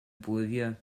bolivia